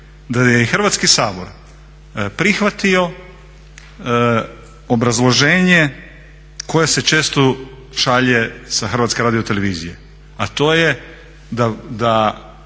da je i Hrvatski sabor prihvatio obrazloženje koje se često šalje sa Hrvatske radiotelevizije